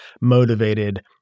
motivated